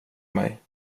mig